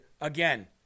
Again